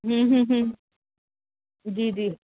ہوں ہوں ہوں جی جی